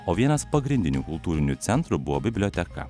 o vienas pagrindinių kultūrinių centrų buvo biblioteka